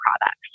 products